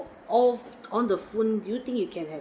oh on the phone you think you can have